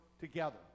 together